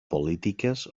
polítiques